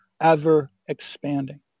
ever-expanding